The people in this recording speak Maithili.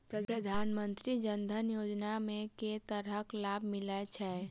प्रधानमंत्री जनधन योजना मे केँ तरहक लाभ मिलय छै?